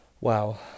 Wow